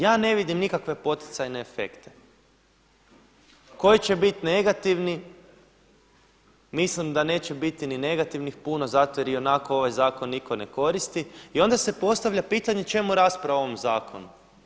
Ja ne vidim nikakve poticajne efekte koji će biti negativni, mislim da neće biti ni negativnih puno zato jer i onako ovaj zakon nitko ne koristi i onda se postavlja pitanje čemu rasprava o ovom zakonu?